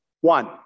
One